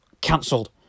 cancelled